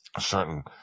certain